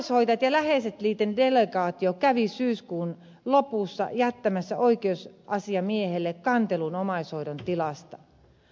omaishoitajat ja läheiset liiton delegaatio kävi syyskuun lopussa jättämässä oikeusasiamiehelle kantelun omaishoidon tilasta